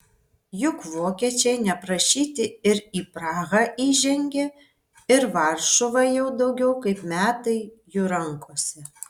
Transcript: juk vokiečiai neprašyti ir į prahą įžengė ir varšuva jau daugiau kaip metai jų rankose